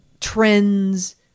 trends